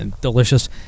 Delicious